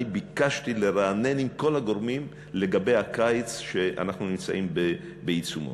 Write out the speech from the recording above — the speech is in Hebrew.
אני ביקשתי לרענן את כל הגורמים לגבי הקיץ שאנחנו נמצאים בעיצומו.